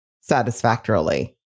satisfactorily